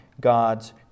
God's